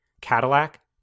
Cadillac